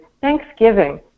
Thanksgiving